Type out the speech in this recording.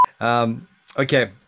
Okay